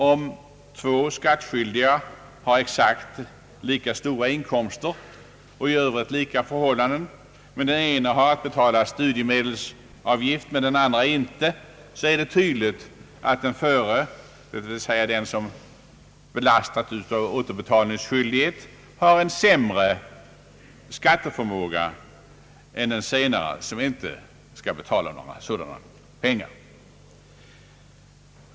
Om två skattskyldiga har exakt lika stora inkomster och i övrigt lika förhållanden, men den ene har att betala studiemedelsavgift och den andra inte, är det tydligt att den förre, dvs. den som belastas av återbetalningsskyldighet, har en sämre skatteförmåga än den senare, som inte skall betala några sådana amorteringar.